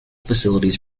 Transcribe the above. facilities